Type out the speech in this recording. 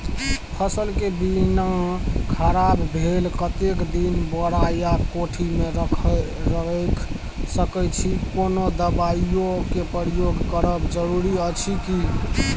फसल के बीना खराब भेल कतेक दिन बोरा या कोठी मे रयख सकैछी, कोनो दबाईयो के प्रयोग करब जरूरी अछि की?